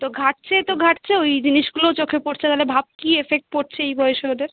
তো ঘাঁটছে তো ঘাঁটছে ওই জিনিসগুলোও চোখে পড়ছে তালে ভাব কী এফেক্ট পড়ছে এই বয়েসে ওদের